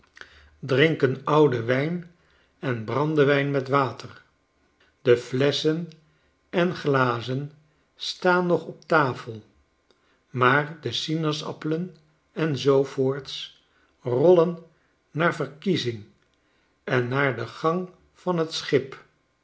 drinken ouden wijn en brandewijn met water de flesschen en glazen staan nog op tafel maar de sinaasappelen en zoo voorts rollen naar verkiezing en naar den gang van t schip